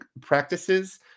practices